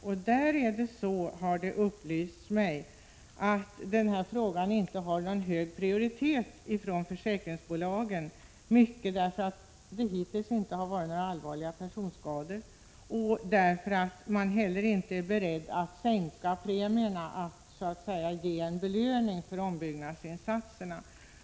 Jag har fått upplysning om att denna fråga inte har hög prioritet bland försäkringsbolagen, mycket därför att det hittills inte har inträffat några allvarliga personskador och därför att försäkringsbolagen inte heller har varit beredda att sänka premierna, dvs. ge en belöning för ombyggnadsinsatser.